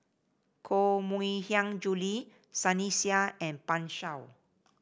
Koh Mui Hiang Julie Sunny Sia and Pan Shou